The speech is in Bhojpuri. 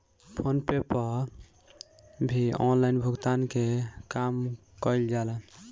फ़ोन पे पअ भी ऑनलाइन भुगतान के काम कईल जाला